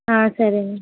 సరే అండి